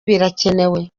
birakenewe